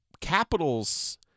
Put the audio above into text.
Capitals